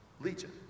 Legion